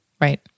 Right